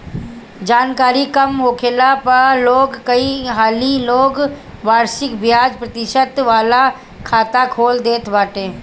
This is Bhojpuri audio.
जानकरी कम होखला पअ लोग कई हाली लोग वार्षिक बियाज प्रतिशत वाला खाता खोल देत बाटे